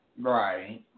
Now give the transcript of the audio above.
Right